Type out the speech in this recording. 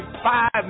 Five